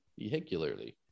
vehicularly